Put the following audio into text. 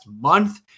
month